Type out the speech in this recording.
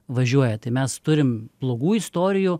važiuoja tai mes turim blogų istorijų